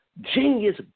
genius